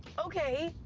okay,